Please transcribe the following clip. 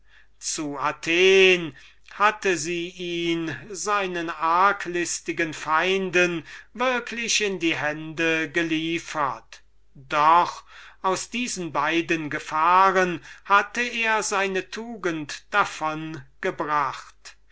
hätte zu athen hatte sie ihn seinen arglistigen feinden würklich in die hände geliefert doch aus diesen beiden gefahren hatte er seine tugend davon gebracht